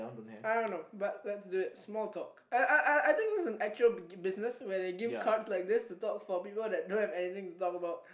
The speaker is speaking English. I don't know but lets do it small talk uh uh uh I think it's actual business when they give cards like these for people who don't have anything to talk about